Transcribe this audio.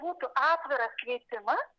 būtų atviras kvietimas